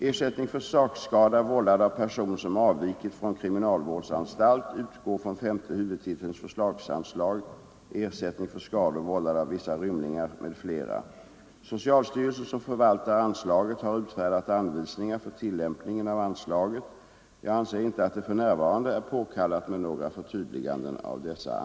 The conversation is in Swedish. Ersättning för sakskada vållad av person som avvikit från kriminalvårdsanstalt utgår från femte huvudtitelns förslagsanslag Ersättning för skador vållade av vissa rymlingar m.fl. Socialstyrelsen, som förvaltar anslaget, har utfärdat anvisningar för tillämpningen av anslaget. Jag anser inte att det för närvarande är påkallat med några förtydliganden av dessa